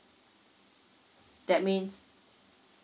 that means